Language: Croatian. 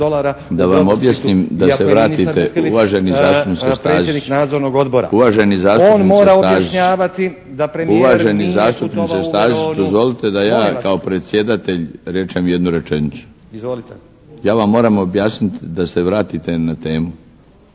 Da vam objasnim, da se vratite uvaženi zastupniče Staziću. Uvaženi zastupniče Staziću! Uvaženi zastupniče Staziću dozvolite da ja kao predsjedatelj rečem jednu rečenicu! Ja vam moram objasnit da se vratite na temu.